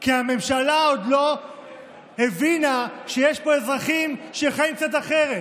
כי הממשלה עוד לא הבינה שיש פה אזרחים שחיים קצת אחרת,